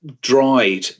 dried